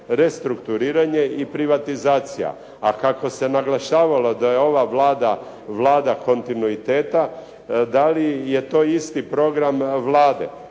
restrukturiranje i privatizacija, a kako se naglašavalo da je ova Vlada Vlada kontinuiteta da li je to isti program Vlade?